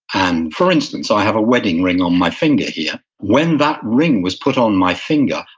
and for instance, i have a wedding ring on my finger here. when that ring was put on my finger,